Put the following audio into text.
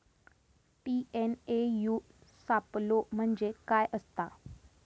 TNAU सापलो म्हणजे काय असतां?